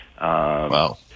wow